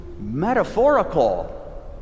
metaphorical